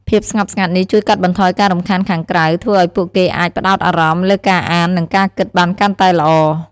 ភាពស្ងប់ស្ងាត់នេះជួយកាត់បន្ថយការរំខានខាងក្រៅ ធ្វើឲ្យពួកគេអាច ផ្តោតអារម្មណ៍ លើការអាន និងការគិតបានកាន់តែល្អ។